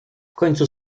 końcu